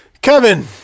Kevin